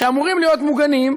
שאמורים להיות מוגנים,